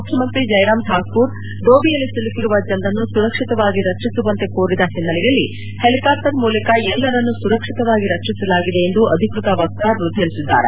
ಮುಖ್ಯಮಂತ್ರಿ ಜೈರಾಮ್ ಠಾಕೂರ್ ಡೋಬಿಯಲ್ಲಿ ಸಿಲುಕಿರುವ ಜನರನ್ನು ಸುರಕ್ಷಿತವಾಗಿ ರಕ್ಷಿಸುವಂತೆ ಕೋರಿದ ಹಿನ್ನೆಲೆಯಲ್ಲಿ ಹೆಲಿಕಾಪ್ಟರ್ ಮೂಲಕ ಎಲ್ಲರನ್ನು ಸುರಕ್ಷಿತವಾಗಿ ರಕ್ಷಿಸಲಾಗಿದೆ ಎಂದು ಅಧಿಕೃತ ವಕ್ತಾರರು ತಿಳಿಸಿದ್ದಾರೆ